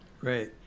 great